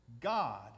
God